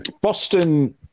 Boston